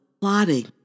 plotting